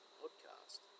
podcast